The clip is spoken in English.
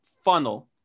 funnel